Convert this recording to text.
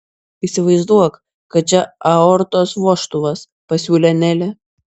įsivaizduok kad čia aortos vožtuvas pasiūlė nelė